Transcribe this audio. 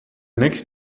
next